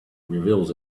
reveals